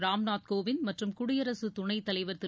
ராம்நாத் கோவிந்த் மற்றும் குடியரசுத் துணைத்தலைவர் திரு